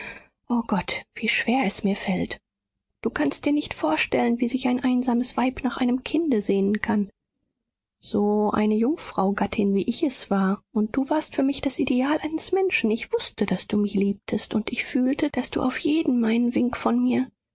o gott wie schwer es mir fällt du kannst dir nicht vorstellen wie sich ein einsames weib nach einem kinde sehnen kann so eine jungfrau gattin wie ich es war und du warst für mich das ideal eines menschen ich wußte daß du mich liebtest und ich fühlte daß du auf jeden meinen wink von mir